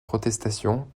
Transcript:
protestation